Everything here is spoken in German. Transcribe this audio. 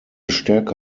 stärke